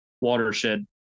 watershed